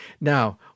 Now